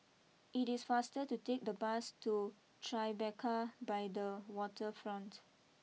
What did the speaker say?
it is faster to take the bus to Tribeca by the Waterfront